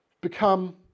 become